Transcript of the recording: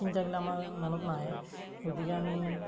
চিন্তাগিলাক আমাৰ মনত নাহে গতিকে আমি